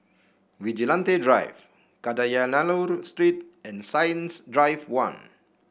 Vigilante Drive Kadayanallur Street and Science Drive One